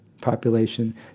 population